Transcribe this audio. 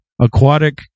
aquatic